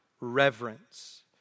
reverence